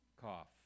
cough